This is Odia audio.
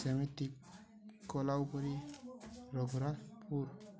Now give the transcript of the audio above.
ସେମିତି କୋଲାଉପୁରି ରଘୁରାଜପୁର